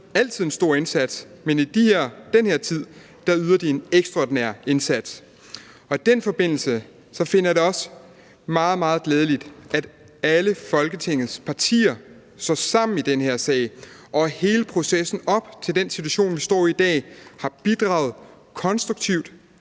altid en stor indsats, men i den her tid yder de en ekstraordinær indsats. I den forbindelse finder jeg det også meget, meget glædeligt, at alle Folketingets partier står sammen i den her sag, og at hele processen op til den situation, vi står i i dag, har bidraget konstruktivt